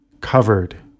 covered